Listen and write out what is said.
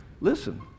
Listen